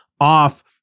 off